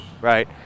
right